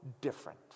different